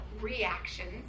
reactions